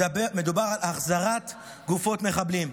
מדובר על החזרת גופות מחבלים.